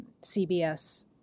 CBS